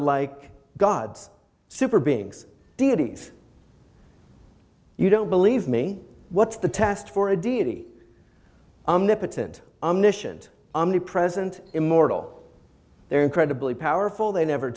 like gods super beings deities you don't believe me what's the test for a deity and a mission i'm the present immortal they're incredibly powerful they never